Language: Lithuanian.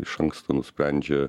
iš anksto nusprendžia